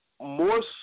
more